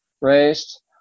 raised